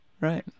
Right